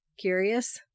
curious